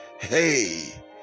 hey